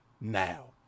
now